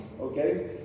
Okay